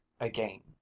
again